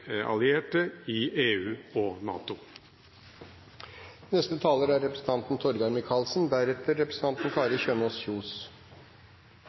allierte i EU og NATO. Vi er